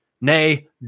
nay